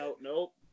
Nope